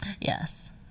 Yes